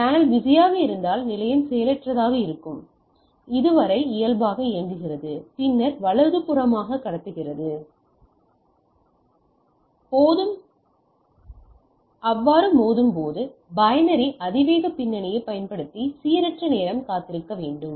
channel பிஸியாக இருந்தால் நிலையம் செயலற்றதாக இருக்கும் வரை இயல்பாக இயங்குகிறது பின்னர் வலதுபுறமாக கடத்துகிறது மோதும்போது பைனரி அதிவேக பின்னிணைப்பைப் பயன்படுத்தி சீரற்ற நேரம் காத்திருக்கவும்